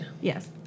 Yes